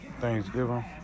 Thanksgiving